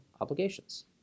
obligations